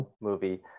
movie